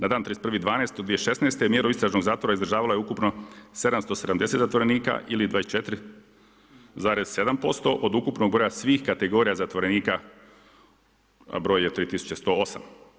Na dan 31.12.2016. mjeru istražnog zatvora izdržavalo je ukupno 770 zatvorenika ili 24,7% od ukupnog broja svih kategorija zatvorenika broj je 3108.